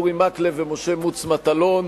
אורי מקלב ומשה מטלון.